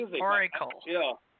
Oracle